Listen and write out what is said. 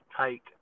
take